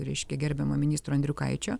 reiškia gerbiamo ministro andriukaičio